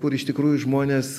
kur iš tikrųjų žmonės